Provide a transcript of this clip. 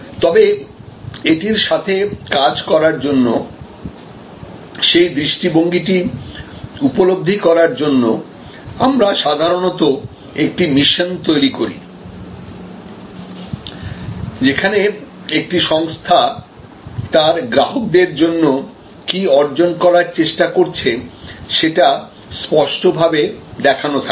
তবে এটির সাথে কাজ করার জন্য সেই দৃষ্টিভঙ্গিটি উপলব্ধি করার জন্য আমরা সাধারণত একটি মিশন তৈরি করি যেখানে একটি সংস্থা তার গ্রাহকদের জন্য কী অর্জন করার চেষ্টা করছে সেটা স্পষ্ট ভাবে দেখানো থাকে